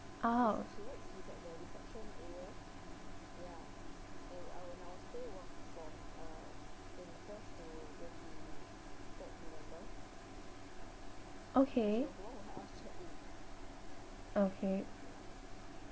oh okay okay